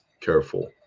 careful